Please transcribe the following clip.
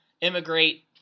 immigrate